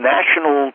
National